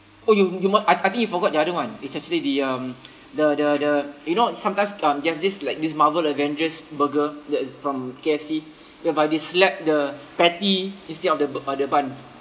oh you you mo~ I I think you forgot the other one is actually the um the the the you know sometimes um they have this like this marvel avengers burger that's from K_F_C whereby they slap the patty instead of the b~ uh the buns